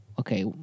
okay